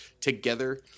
together